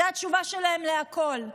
זו התשובה שלהם לכול.